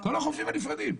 בכל החופים הנפרדים.